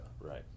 Right